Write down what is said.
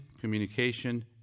communication